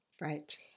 Right